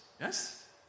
yes